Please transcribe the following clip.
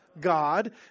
God